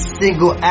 single